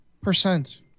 percent